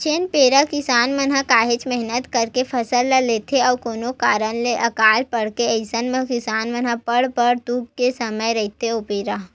जेन बेरा किसान मन काहेच मेहनत करके फसल ल लेथे अउ कोनो कारन ले अकाल पड़गे अइसन म किसान मन बर बड़ दुख के समे रहिथे ओ बेरा